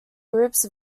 groups